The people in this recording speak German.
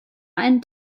einen